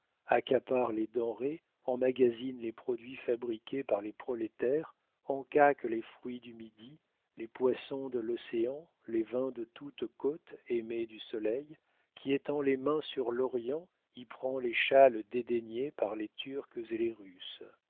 accapare les denrées enmagasine les produits fabriqués par les prolétaires encaque les fruits du midi les poissons de l'océan les vins de toute côte aimée du soleil qui étend les mains sur l'orient y prend les châles dédaignés par les turcs et les russes